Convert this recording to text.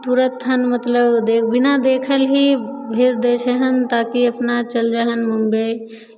तुरन्त हन देख मतलब बिना देखल ही भेज दै छै एहन ताकि अपना चलि जाइ हनि मुम्बइ